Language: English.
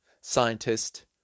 scientist